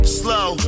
slow